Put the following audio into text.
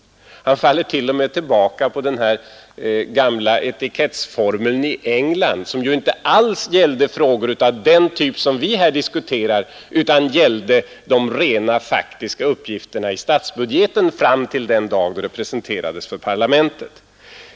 Han faller till och med tillbaka på den gamla etikettsformeln i England, som ju inte alls gällde frågor av den typ som vi här diskuterar utan gällde de rena faktiska uppgifterna i statsbudgeten fram till den dag den presenterades för parlamentet.